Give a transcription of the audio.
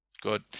Good